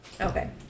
Okay